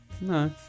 No